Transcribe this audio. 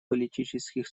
политических